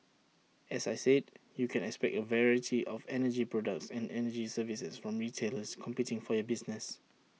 as I said you can expect A variety of energy products and energy services from retailers competing for your business